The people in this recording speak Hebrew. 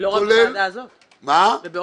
כולל --- לא רק בוועדה הזאת,